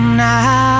now